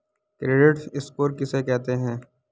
Credit score किसे कहते हैं?